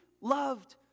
loved